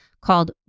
called